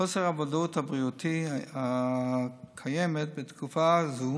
חוסר הוודאות הבריאותי הקיים בתקופה הזאת